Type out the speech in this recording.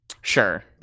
Sure